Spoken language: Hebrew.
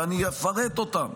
ואני אפרט אותם.